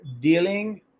dealing